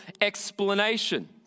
explanation